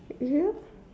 mm